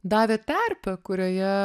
davė terpę kurioje